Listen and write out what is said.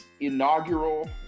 inaugural